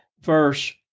verse